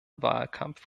wahlkampf